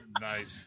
Nice